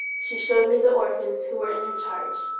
she showed me the orphans who were in her charge,